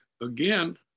again